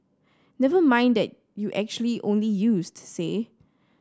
never mind that you actually only used say